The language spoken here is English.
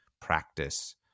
practice